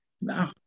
no